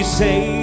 say